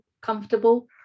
comfortable